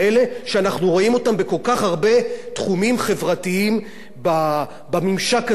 כך הרבה תחומים חברתיים בממשק הזה שבין שלטון לאזרחים.